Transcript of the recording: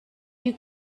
you